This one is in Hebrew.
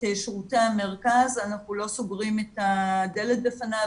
שירותי המרכז אנחנו לא סוגרים את הדלת בפניו,